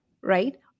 right